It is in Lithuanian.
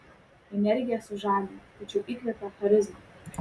energija sužadina tačiau įkvepia charizma